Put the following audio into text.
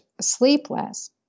sleepless